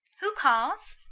who calls?